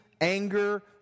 anger